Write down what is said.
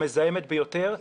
המזהמת ביותר,